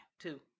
Two